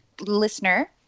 listener